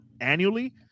annually